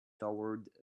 toward